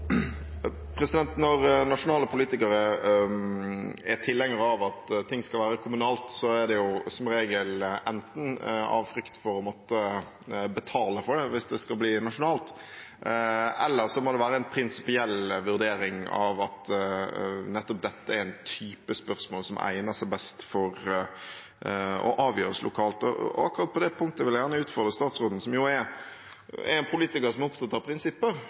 tilhengere av at noe skal være kommunalt, er det som regel enten av frykt for å måtte betale for det hvis det skal bli nasjonalt, eller så må det være en prinsipiell vurdering av at nettopp dette er en type spørsmål som egner seg best for å avgjøres lokalt. Akkurat på det punktet vil jeg gjerne utfordre statsråden, som jo er en politiker som er opptatt av